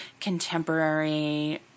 contemporary